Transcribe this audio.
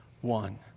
one